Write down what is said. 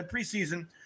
preseason